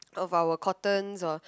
of our cotton or